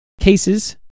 cases